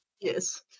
Yes